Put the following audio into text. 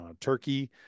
turkey